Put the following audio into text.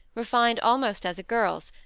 refined almost as a girl's,